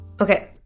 Okay